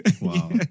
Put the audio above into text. Wow